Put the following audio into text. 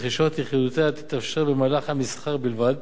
ורכישת יחידותיה תתאפשר במהלך המסחר בלבד.